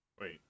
Wait